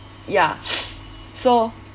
ya so